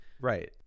Right